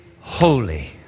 holy